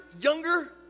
younger